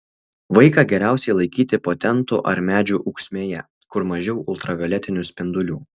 vaiką geriausiai laikyti po tentu ar medžių ūksmėje kur mažiau ultravioletinių spindulių